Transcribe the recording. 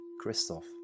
Christoph